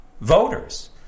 voters